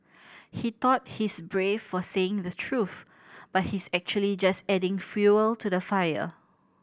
he thought he's brave for saying the truth but he's actually just adding fuel to the fire